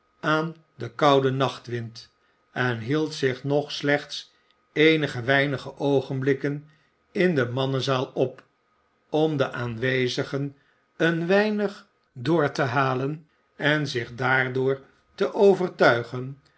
aan den kouden nachtwind en hield zich nog slechts eenige weinige oogenblikken in de mannenzaal op om de aanwezigen een weinig door te halen en zich daardoor te overtuigen